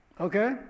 okay